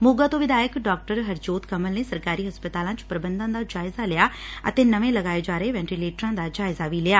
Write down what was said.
ਮੋਗਾ ਤੋਂ ਵਿਧਾਇਕ ਡਾ ਹਰਜੋਤ ਕਮਲ ਨੇ ਸਰਕਾਰੀ ਹਸਪਤਾਲਾਂ ਚ ਪ੍ਰਬੰਧਾਂ ਦਾ ਜਾਇਜ਼ਾ ਲਿਆ ਅਤੇ ਨਵੇਂ ਲਗਾਏ ਜਾ ਰਹੇ ਵੈਟੀਲੇਟਰਾਂ ਦਾ ਜਾਇਜ਼ਾ ਲਿਆ